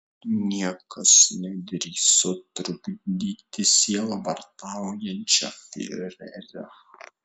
niekas nedrįso trukdyti sielvartaujančio fiurerio